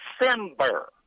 December